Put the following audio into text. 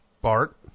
Bart